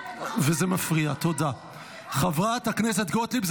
הבהרתי לקהל מי עומד --- חברת הכנסת גוטליב,